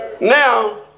Now